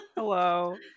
hello